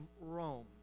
Rome